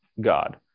God